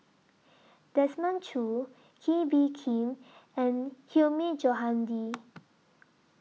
Desmond Choo Kee Bee Khim and Hilmi Johandi